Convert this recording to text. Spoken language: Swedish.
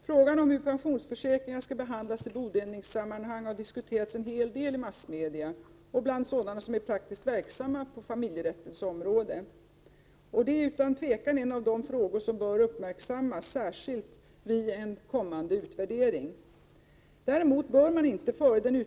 Herr talman! Frågan om hur pensionsförsäkring skall behandlas i bodelningssammanhang har diskuterats en hel del i massmedia och bland dem som är praktiskt verksamma på familjerättens område. Detta är utan tvivel en av de frågor som bör uppmärksammas särskilt vid en kommande utvärdering. Däremot bör man inte före denna